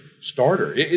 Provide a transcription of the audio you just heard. starter